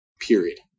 period